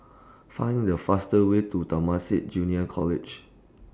Find The fastest Way to Temasek Junior College